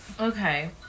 Okay